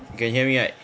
can hear me right